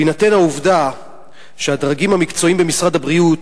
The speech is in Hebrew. בהינתן העובדה שהדרגים המקצועיים במשרד הבריאות